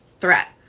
threat